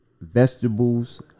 vegetables